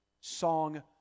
song